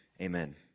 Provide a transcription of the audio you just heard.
Amen